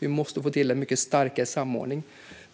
Vi måste få till en mycket starkare samordning.